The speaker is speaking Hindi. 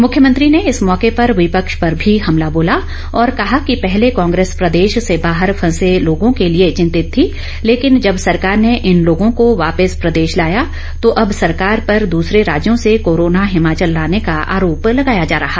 उन्होंने इस मौके पर विपक्ष पर भी हमला बोला और कहा कि पहले कांग्रेस प्रदेश से बाहर फंसे लोगों के लिए चिंतित थी लेकिन जब सरकार ने इन लोगों को वापिस प्रदेश लाया तो अब सरकार पर दूसरे राज्यों से कोरोना हिमाचल लाने का आरोप लगाया जा रहा है